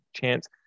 chance